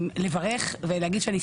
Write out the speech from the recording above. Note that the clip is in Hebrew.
לברך ולהגיד שאני שמחה.